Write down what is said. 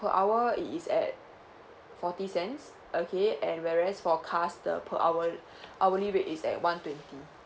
per hour is at forty cents okay and whereas for cars the per hour hourly rate is at one twenty